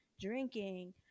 drinking